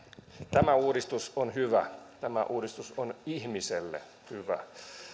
tämä uudistus on hyvä tämä uudistus on ihmiselle hyvä